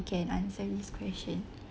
can answer this question